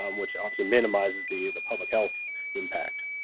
um which obviously minimizes the the public health impact.